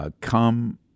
come